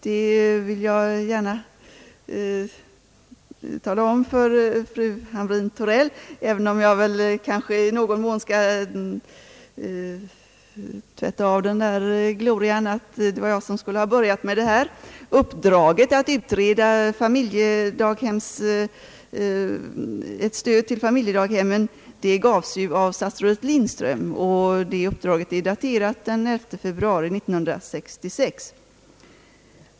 Det vill jag gärna tala om för fru Hamrin-Thorell, men jag måste på samma gång tvätta av mig den där glorian att det var jag som skulle ha börjat med detta. Uppdraget att utreda ett stöd till familjedaghemmen gavs av statsrådet Lindström, och det uppdraget är daterat den 11 februari 1966.